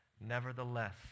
Nevertheless